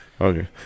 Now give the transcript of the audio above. Okay